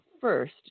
first